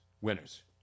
winners